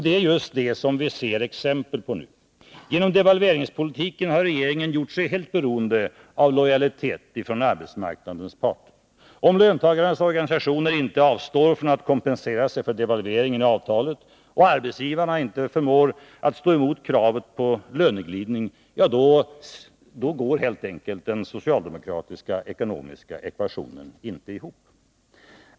Det är just det vi ser exempel på nu. Genom devalveringspolitiken har regeringen gjort sig helt beroende av lojalitet från arbetsmarknadens parter. Om löntagarnas organisationer inte avstår från att kompensera sig för devalveringen i avtalet och arbetsgivarna inte förmår att stå emot kravet på löneglidning, då går helt enkelt den socialdemokratiska ekonomiska ekvationen inte ihop.